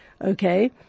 Okay